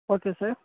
okay sir